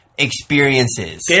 experiences